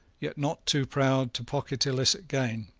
yet not too proud to pocket illicit gain.